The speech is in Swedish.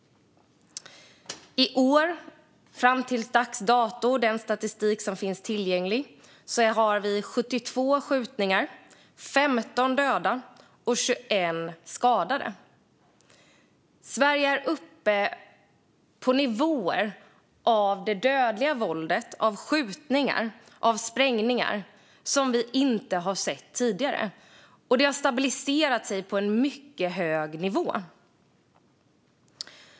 I år, fram till dags dato, har vi enligt den statistik som finns tillgänglig haft 72 skjutningar, 15 döda och 21 skadade. Sverige är uppe på nivåer av dödligt våld, skjutningar och sprängningar som vi inte sett tidigare, och denna kriminalitet har stabiliserat sig på en mycket hög nivå.